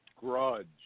Grudge